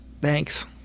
thanks